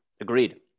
Agreed